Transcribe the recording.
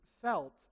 felt